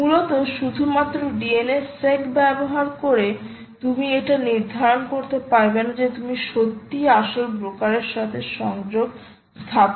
মূলত শুধুমাত্র DNSSEC ব্যবহার করে তুমি এটা নির্ধারণ করতে পারবে না যে তুমি সত্যিই আসল ব্রোকারের সাথে সংযোগ স্থাপন করছো কিনা